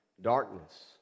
darkness